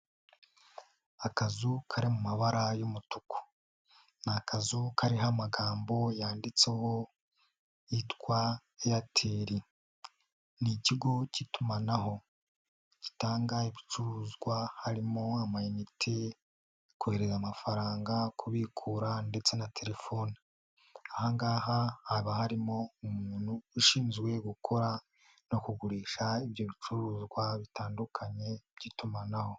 Akazu kari mu mabara y'umutuku, ni akazu kariho amagambo yanditseho yitwa Airtel, ni ikigo k'itumanaho gitanga ibicuruzwa harimo amayinite, kohereza amafaranga, kubikura ndetse na telefoni, aha ngaha haba harimo umuntu ushinzwe gukora no kugurisha ibyo bicuruzwa bitandukanye by'itumanaho.